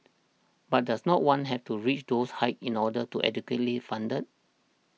but does no one have to reach those heights in order to be adequately funded